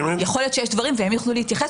יכול להיות שיש דברים, והם יוכלו להתייחס.